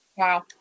Wow